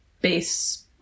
Base